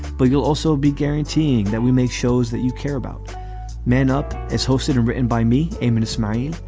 but you'll also be guaranteeing that we make shows that you care about men up as hosted and written by me a minute smile.